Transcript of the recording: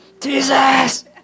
Jesus